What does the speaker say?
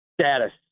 status